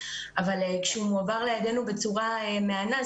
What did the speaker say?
אבל כשהוא מועבר בצורה מהנה,